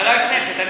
ועדת הכנסת.